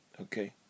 Okay